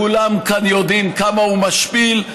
כולם כאן יודעים כמה הוא משפיל,